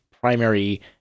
primary